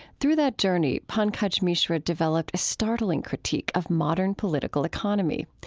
through that journey, pankaj mishra developed a startling critique of modern political economy.